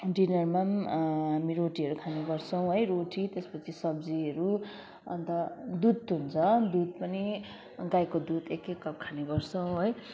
डिनरमा पनि हामी रोटीहरू खाने गर्छौँ है रोटी त्यसपछि सब्जीहरू अन्त दुध हुन्छ दुध पनि गाईको दुध एक एक कप खाने गर्छौँ है